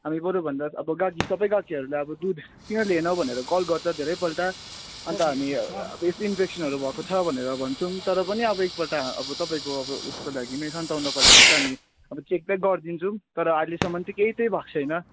हामी बरुभन्दा अब गाहकी सबै गाहकीहरूलाई अब दुध किन ल्याएनौँ भनेर कल गर्छ धेरै पल्ट अन्त हामी अब इन्फेक्सनहरू भएको छ भनेर भन्छौँ तर पनि अब एक पल्ट अब तपाईँको अब उयोको लागि नै सान्तावनाको लागि त हामी अब चेक चाहिँ गरिदिन्छौँ तर अहिलेसम्म चाहिँ केही चाहिँ भएको छैन